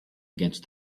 against